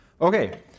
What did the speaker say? Okay